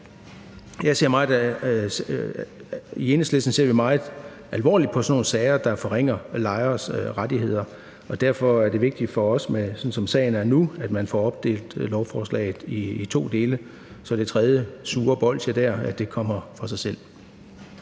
I Enhedslisten ser vi meget alvorligt på sådan nogle sager, der forringer lejeres rettigheder, og derfor er det vigtigt for os, sådan som sagen er nu, at man får opdelt lovforslaget i to dele, så det tredje sure bolsje kommer for sig selv.